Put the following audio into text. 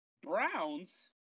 Browns